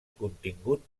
contingut